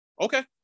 Okay